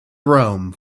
rome